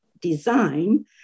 design